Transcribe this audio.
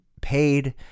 paid